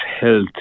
health